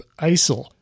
ISIL